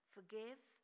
Forgive